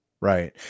Right